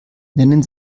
nennen